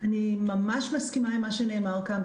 אני ממש מסכימה עם מה שנאמר כאן.